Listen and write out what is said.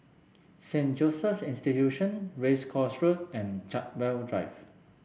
Saint Joseph's Institution Race Course Road and Chartwell Drive